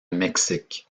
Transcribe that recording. mexique